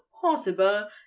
possible